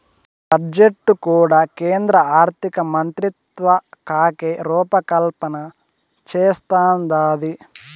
budget కూడా కేంద్ర ఆర్థికమంత్రిత్వకాకే రూపకల్పన చేస్తందాది